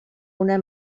una